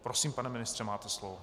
Prosím, pane ministře, máte slovo.